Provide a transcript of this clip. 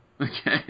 Okay